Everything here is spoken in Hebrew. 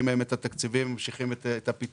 מהם את התקציבים וממשיכים את הפיתוח.